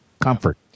comfort